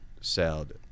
sailed